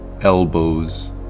elbows